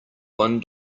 one